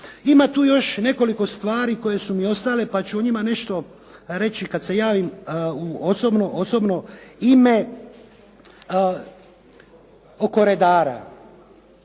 Ima tu još nekoliko stvari koje su mi ostale pa ću o njima nešto reći kad se javim u osobno ime. Oko redara.